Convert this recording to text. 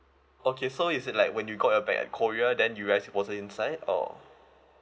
okay so is it like when you got your bag at korea then you realised it wasn't inside or